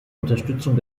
unterstützung